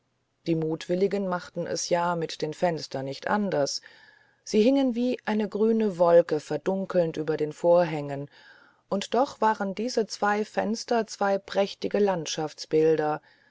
die mutwilligen machten es ja mit den fenstern nicht besser sie hingen wie eine grüne wolke verdunkelnd über den vorhängen und doch waren diese zwei fenster zwei prächtige landschaftsbilder